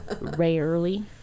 Rarely